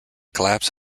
collapse